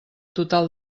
total